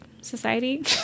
society